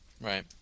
right